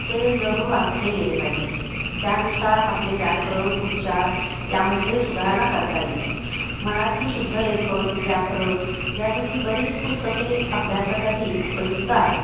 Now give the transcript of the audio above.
ते जरूर वाचले गेले पाहिजेत त्यानुसार आपले व्याकरण उच्चार यामध्ये सुधारणा करता येईल मराठी शुद्धलेखन व्याकरण यासाठी बरीच पुस्तके अभ्यासासाठी उपयुक्त आहेत